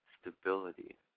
stability